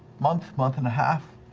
month, month and a half.